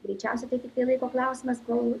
greičiausiai tai tik laiko klausimas kol